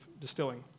distilling